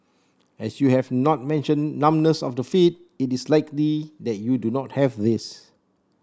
as you have not mentioned numbness of the feet it is likely that you do not have this